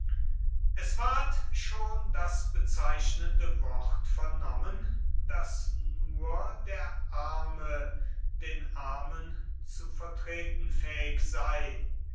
es ward schon das bezeichnende wort vernommen daß nur der arme den armen zu vertreten fähig sei